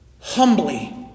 humbly